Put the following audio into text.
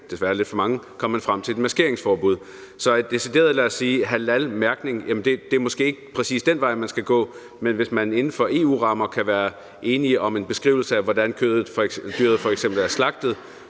desværre lidt for mange – kom man frem til et maskeringsforbud. Så en decideret, lad os sige halalmærkning, er måske ikke præcis den vej, man skal gå, men hvis man inden for EU-rammer kan blive enige om en beskrivelse af, hvordan dyret f.eks. er slagtet,